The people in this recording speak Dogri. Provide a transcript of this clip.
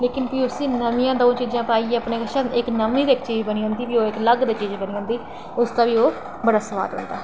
लेकिन भी उसी नम्मियां दंऊ चीज़ां पाइयै अपने कशा ते भी इक्क नमीं गै चीज़ बनी जंदी इक्क अलग चीज़ बनी जंदी उसदा बी ओह् बड़ा सोआद लगदा